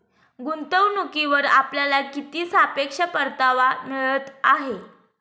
गुंतवणूकीवर आपल्याला किती सापेक्ष परतावा मिळत आहे?